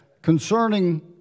Concerning